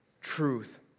truth